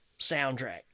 soundtrack